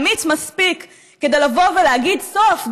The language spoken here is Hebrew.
אמיץ מספיק כדי לבוא ולהגיד: סוף,